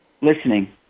Listening